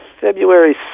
February